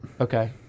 Okay